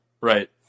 Right